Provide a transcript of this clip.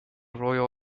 royal